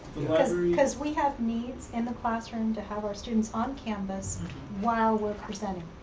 the library? because we have needs in the classroom to have our students on campus while we're presenting.